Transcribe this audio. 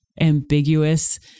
ambiguous